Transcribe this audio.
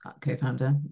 co-founder